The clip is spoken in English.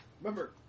Remember